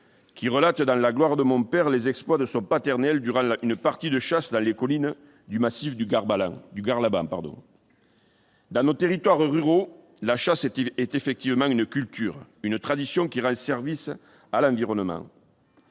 qui relate, dans, les exploits de son paternel durant une partie de chasse dans les collines du massif du Garlaban. Dans nos territoires ruraux, la chasse est effectivement une culture, une tradition qui rend service à l'environnement.